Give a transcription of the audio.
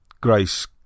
Grace